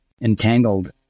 entangled